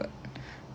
mm